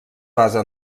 basa